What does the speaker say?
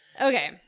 Okay